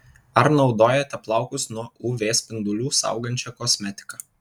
ar naudojate plaukus nuo uv spindulių saugančią kosmetiką